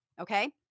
Okay